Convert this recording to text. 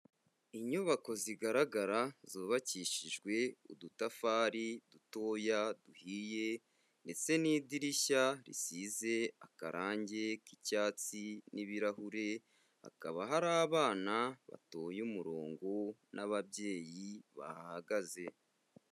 Inyubako zigaragara zubakishijwe udutafari dutoya duhiye ndetse n'idirishya risize akarangi k'icyatsi n'ibirahure, hakaba hari abana batoye umurongo n'ababyeyi bahahagaze.